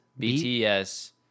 BTS